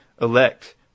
elect